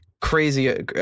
crazy